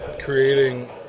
creating